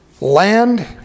land